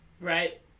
Right